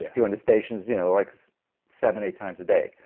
doing the stations you know like seven, eight times a day,